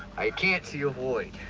i can't see a void.